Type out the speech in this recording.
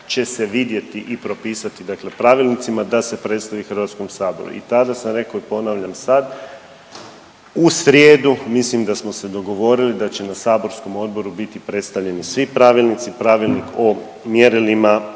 će se vidjeti i propisati dakle pravilnicima da se predstavi HS i tada sam rekao i ponavljam sad, u srijedu mislim da smo se dogovorili da će na saborskom odboru biti predstavljeni svi pravilnici, Pravilnik o mjerilima,